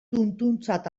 tuntuntzat